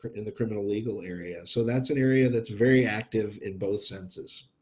in the criminal legal area so that's an area that's very active in both senses.